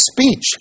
speech